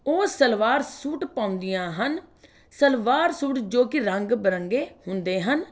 ਉਹ ਸਲਵਾਰ ਸੂਟ ਪਾਉਂਦੀਆਂ ਹਨ ਸਲਵਾਰ ਸੂਟ ਜੋ ਕਿ ਰੰਗ ਬਰੰਗੇ ਹੁੰਦੇ ਹਨ